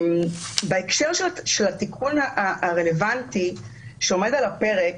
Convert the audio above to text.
בהקשר של התיקון הרלוונטי שעומד על הפרק,